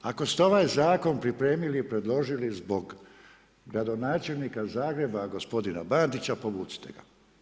Ako ste ovaj zakon pripremili i predložili zbog gradonačelnika Zagreba, gospodina Bandića, povucite ga.